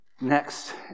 Next